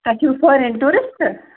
تۄہہِ چھُو foreign tourist